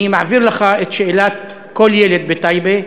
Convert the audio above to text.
אני מעביר לך את שאלת כל ילד בטייבה: